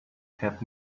kept